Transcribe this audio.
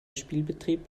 spielbetrieb